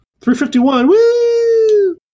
351